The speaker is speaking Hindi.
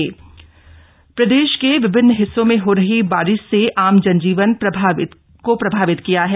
मौसम प्रदेश के विभिन्न हिस्सों में हो रही बारिश ने आम जनजीवन को प्रभावित किया है